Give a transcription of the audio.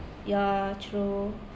ya true